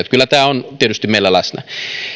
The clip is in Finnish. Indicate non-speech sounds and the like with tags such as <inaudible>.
<unintelligible> kyllä tämä on tietysti meillä läsnä